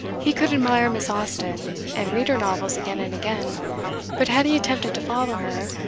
he could admire miss austen, and read her novels again and again but had he attempted to follow her,